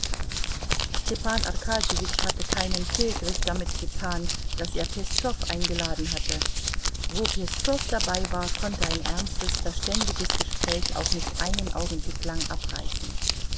arkadjewitsch hatte keinen fehlgriff damit getan daß er peszow eingeladen hatte wo peszow dabei war konnte ein ernstes verständiges gespräch auch nicht einen augenblick lang abreißen